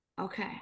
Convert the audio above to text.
Okay